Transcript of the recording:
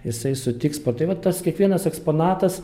jisai sutiks par tai va tas kiekvienas eksponatas